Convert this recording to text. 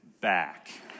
back